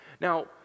Now